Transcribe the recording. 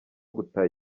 gutaha